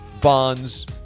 Bonds